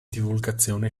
divulgazione